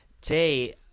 Today